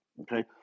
okay